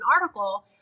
article